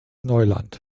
neuland